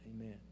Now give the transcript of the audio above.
Amen